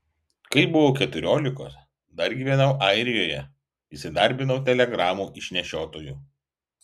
kai buvau keturiolikos dar gyvenau airijoje įsidarbinau telegramų išnešiotoju